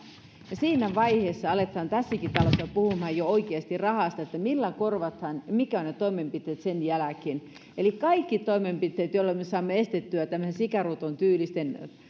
ja siinä vaiheessa aletaan tässäkin talossa puhumaan jo oikeasti rahasta millä korvataan ja mitkä ovat ne toimenpiteet sen jälkeen eli kaikki toimenpiteet joilla me saamme estettyä tämmöisten sikaruton tyylisten